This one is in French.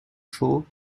chaud